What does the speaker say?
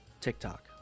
TikTok